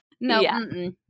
No